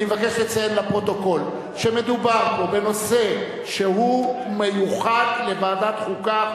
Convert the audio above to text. אני מבקש לציין לפרוטוקול שמדובר פה בנושא שהוא מיוחד לוועדת החוקה,